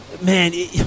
man